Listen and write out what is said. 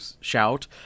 shout